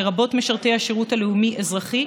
לרבות משרתי השירות הלאומי-אזרחי,